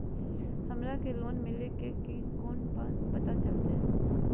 हमरा के लोन मिल्ले की न कैसे पता चलते?